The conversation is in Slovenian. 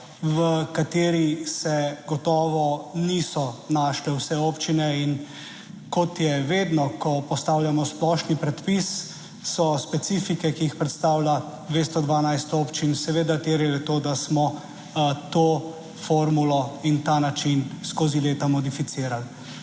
v kateri se gotovo niso našle vse občine. In kot je vedno, ko postavljamo splošni predpis, so specifike, ki jih predstavlja 212 občin, seveda terjale to, da smo to formulo in ta način skozi leta modificirali.